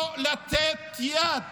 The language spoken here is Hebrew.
לא לתת יד